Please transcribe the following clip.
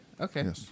Okay